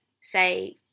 say